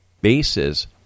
bases